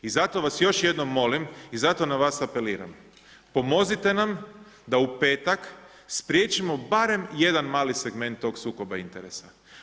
I zato vas još jednom molim i zato na vas apeliram, pomozite nam da u petak spriječimo barem jedan mali segment tog sukoba interesa.